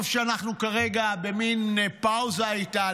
טוב שאנחנו כרגע במין פאוזה איתה,